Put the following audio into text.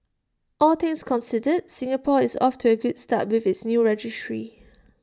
all things considered Singapore is off to A good start with its new registry